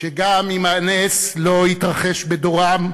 שגם אם הנס לא יתרחש בדורם,